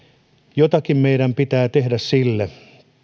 jotakin meidän pitää tehdä